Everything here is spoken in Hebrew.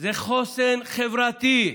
זה חוסן חברתי,